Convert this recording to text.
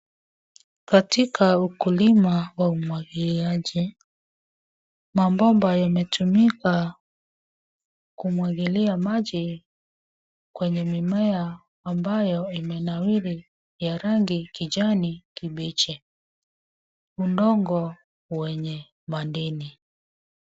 Katika ukulima wa umwagiliaji. Mabomba yametumika kumwagilia maji kwenye mimea ambayo imenawiri ya rangi kijani kibichi. Udongo wenye madini.